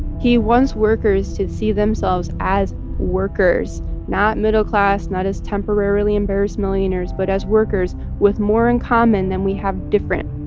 he wants workers to see themselves as workers not middle class, not as temporarily embarrassed millionaires, but as workers with more in common than we have different